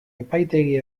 epaitegi